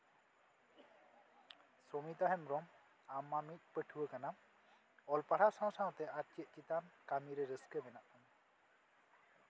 ᱥᱩᱢᱤᱛᱟ ᱦᱮᱢᱵᱽᱨᱚᱢ ᱟᱢ ᱢᱟ ᱢᱤᱫ ᱯᱟᱹᱴᱷᱩᱣᱟᱹ ᱠᱟᱱᱟᱢ ᱚᱞ ᱚᱞᱯᱟᱲᱦᱟᱣ ᱥᱟᱶ ᱥᱟᱶᱛᱮ ᱟᱨ ᱪᱮᱫ ᱪᱮᱛᱟᱱ ᱠᱟᱢᱤ ᱨᱮ ᱨᱟᱹᱥᱠᱟᱹ ᱢᱮᱱᱟᱜ ᱛᱟᱢᱟ